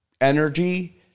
energy